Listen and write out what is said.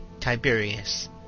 Tiberius